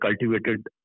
cultivated